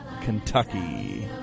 Kentucky